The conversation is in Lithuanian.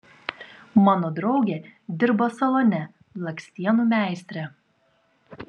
mano draugė dirbo salone blakstienų meistre